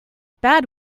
bad